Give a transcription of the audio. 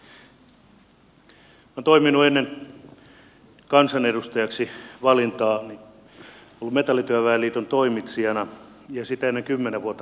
olen ollut ennen kansanedustajaksi tuloani metallityöväen liiton toimitsijana ja sitä ennen kymmenen vuotta pääluottamusmiehenä